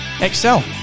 excel